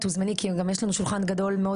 את תוזמני כי גם יש לנו שולחן גדול מאוד